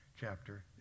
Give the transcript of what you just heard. chapter